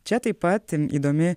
čia taip pat įdomi